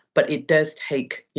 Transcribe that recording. but it does take, yeah